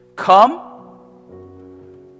Come